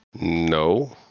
No